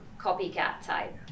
copycat-type